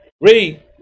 Read